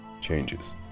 changes